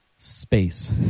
space